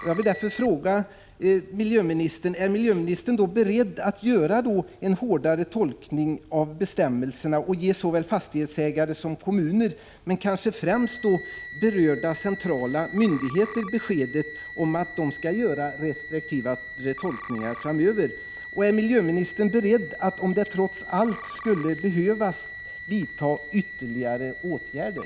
Jag vill därför fråga: Är miljöministern beredd att göra en hårdare tolkning av bestämmelserna och ge såväl fastighetsägare som kommuner, men kanske främst berörda centrala myndigheter, beskedet att de skall göra mer restriktiva tolkningar framöver? Är miljöministern beredd att, om det trots allt skulle behövas, vidta ytterligare åtgärder?